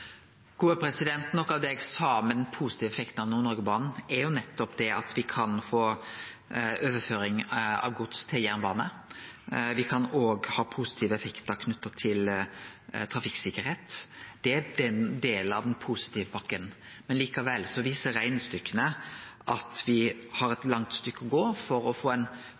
Noko av det eg sa var den positive effekten av Nord-Noregbanen, er nettopp det at me kan få overføring av gods til jernbane. Me kan òg ha positive effektar knytte til trafikksikkerheit. Det er ein del av den positive pakken. Likevel viser reknestykka at me har eit langt stykke veg å gå for å få